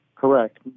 Correct